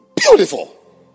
Beautiful